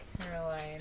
Caroline